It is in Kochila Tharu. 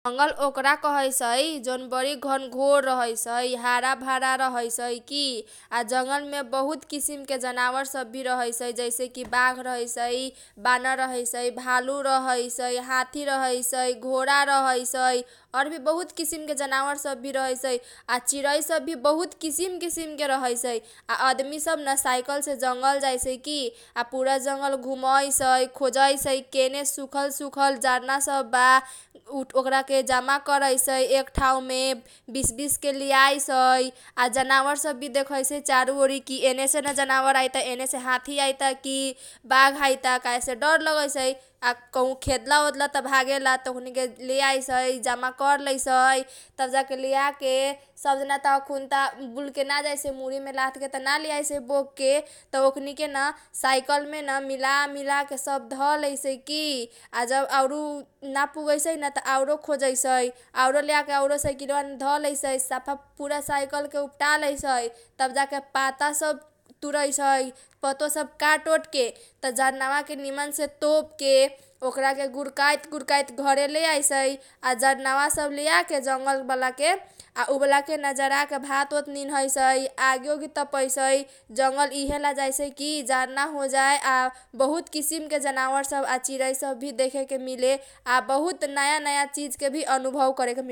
जंगल ओकरा कहैसै जउन बरी घनघोर रहइसइ हरा भरा रहैसै की। जंगलमे बहुत किसिम के जनावर सब भी रहइसै। जैसे कि बाघ रहैसै, बानर रहइसै, भालू रहइसै, हाती रहइसाइ, घोडा रहैसै, और भी बहुत किसिमके जनावर सब भी रहैसै। आ चिरै सब भी बहुत किसिम किसिम रहैसै। आ आदमी सब न साइकल से जंगल जाइसै की । आ पुरा जंगल घुमैसै, खोजैसै केने सुखल सुखल जरना सब बा ओकरा के जमा करैसै एक ठाउमे बिस बिसके लेआइसै। आ जनावर सब भी देखैसै चारूओरी की एने सेन जनावर आइता, की एने सेन हाती आइता, की बाघ आइता, काहेसे डर लगैसै आ कहु खेदल ओदल त भागेला त ओकनीके लेआइसै जमा करलैसै। तब जाके लेआके त सब जना अखुनता बुलके ना जाइसै। मुरीमे लाधके त ना लेआइसै बोकके। त ओकनीके न साइकल मेन मिला मिला के धलेइसै की। आ जब आउरू ना पुगैसैन त आउरो खोजैसै त आउरो लेआके त कुरो साइकीलीयामे धलेइसै। सफा पुरा साइकल के उपटा लेइसै। तब जाके पाता सब तुरैसै पाता सब काट ओटके त जरनावा के निमनसे तोपके ओकरा के गुरकाइत गुरकाइत घरे लेआइसै। आ जरनावा सब लेआके जंगल बालाके। आ उ बाला के जराके भात ओत निनैसै, आगी ओगी तपैसै। जंगल इहेला जाइसै की जारना होजाए आ बहुत किसिमके जनावर सब आ चिरै सब भी देखेके मिले आ बहुत नयाँ नयाँ चीज के अनुभव करे के मिले ।